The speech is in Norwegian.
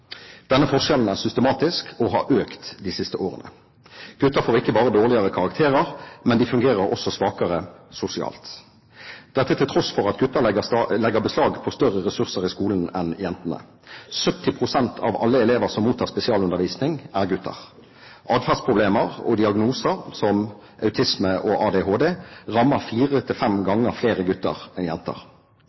Denne forskjellen er systematisk, og den har økt de siste årene. Gutter får ikke bare dårligere karakterer, men de fungerer også svakere sosialt, dette til tross for at gutter legger beslag på større ressurser i skolen enn jentene. 70 pst. av alle elever som mottar spesialundervisning, er gutter. Adferdsproblemer og diagnoser som autisme og ADHD rammer fire–fem ganger flere gutter enn